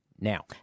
now